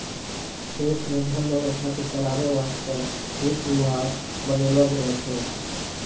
देश मे धन व्यवस्था के चलावै वासतै वित्त विभाग बनैलो गेलो छै